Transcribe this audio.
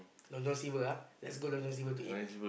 Long-John-Silver ah let's go to Long-John-Silver to eat